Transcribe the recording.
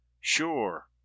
Sure